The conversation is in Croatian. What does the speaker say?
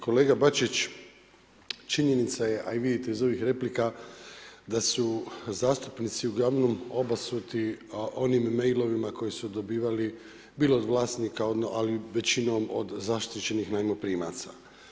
Kolega Bačić, činjenica je, a i vidite iz ovih replika da su zastupnici uglavnom obasuti onim mailovima koji su dobivali bilo od vlasnika, ali većinom od zaštićenih najmoprimaca.